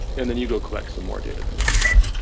and then you go collect some more data to make it better.